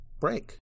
break